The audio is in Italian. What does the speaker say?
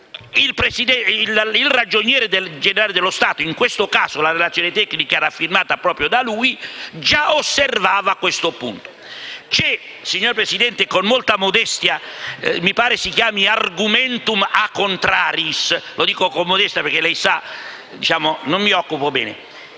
il ragioniere generale dello Stato (in questo caso la relazione tecnica era firmata proprio la lui) già osservava questo punto. C'è, signor Presidente, quello che mi pare si chiami *argumentum a contrariis*: lo dico con molta modestia, perché lei sa che non mi occupo di